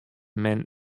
men